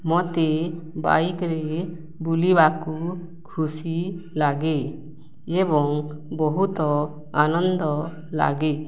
ମୋତେ ବାଇକ୍ରେ ବୁଲିବାକୁ ଖୁସି ଲାଗେ ଏବଂ ବହୁତ ଆନନ୍ଦ ଲାଗେ